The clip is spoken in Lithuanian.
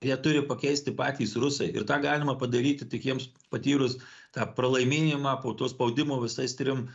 ją turi pakeisti patys rusai ir tą galima padaryti tik jiems patyrus tą pralaimėjimą po to spaudimo visais trim